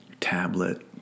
tablet